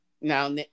Now